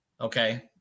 okay